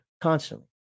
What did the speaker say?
constantly